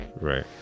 right